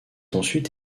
ensuite